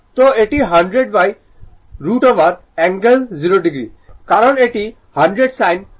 তো এটি 100√ angle 0o কারণ এটি 100 sin 40 t ভোল্টেজ